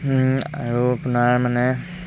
আৰু আপোনাৰ মানে